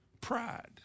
Pride